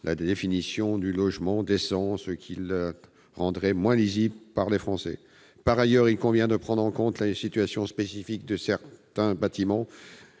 la définition du logement décent et le rendrait moins lisible par les Français. Il convient par ailleurs de prendre en compte la situation spécifique de certains bâtiments,